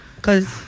Cause